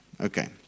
Okay